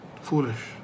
Foolish